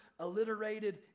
alliterated